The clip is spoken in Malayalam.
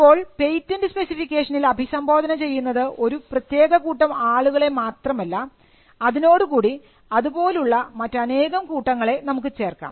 അപ്പോൾ പേറ്റന്റ് സ്പെസിഫിക്കേഷനിൽ അഭിസംബോധന ചെയ്യുന്നത് ഒരു പ്രത്യേക കൂട്ടം ആളുകളെ മാത്രമല്ല അതിനോടുകൂടി അതുപോലുള്ള മറ്റനേകം കൂട്ടങ്ങളെ നമുക്ക് ചേർക്കാം